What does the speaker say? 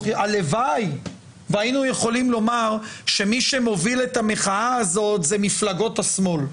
הלוואי והיינו יכולים לומר שמי שמוביל את המחאה הזאת זה מפלגות השמאל,